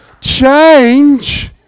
Change